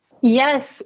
Yes